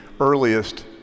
earliest